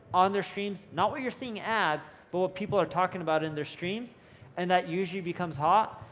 on their streams, not where you're seeing ads but what people are talking about in their streams and that usually becomes hot,